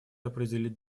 определить